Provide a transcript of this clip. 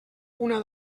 una